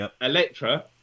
Electra